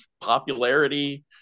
popularity